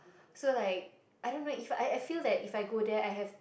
so like I don't know if I I feel that if I go there I have